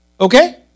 Okay